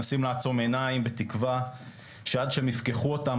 מנסים לעצום עיניים בתקווה שעד שהם יפקחו אותן,